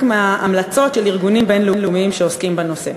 מההמלצות של ארגונים בין-לאומיים שעוסקים בנושא.